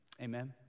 Amen